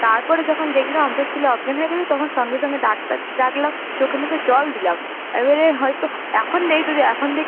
তারপরে যখন দেখলাম আপনার ছেলে অজ্ঞান হয়ে গেছে তখন সঙ্গে সঙ্গে ডাক্তার ডাকলাম চোখে মুখে জল দিলাম এবারে হয়তো এখন নেই যদি এখন দেখছি যে